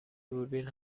دوربین